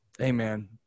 Amen